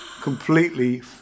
completely